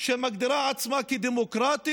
עדה נאמנה ומקריבה?